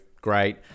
Great